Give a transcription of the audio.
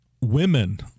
women